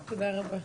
רבה.